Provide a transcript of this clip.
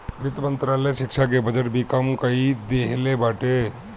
वित्त मंत्रालय शिक्षा के बजट भी कम कई देहले बाटे